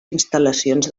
instal·lacions